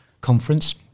conference